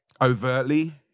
overtly